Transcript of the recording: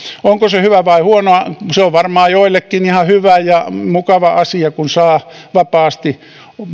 onko se hyvä vai huono se on varmaan joillekin ihan hyvä ja mukava asia kun saa vapaasti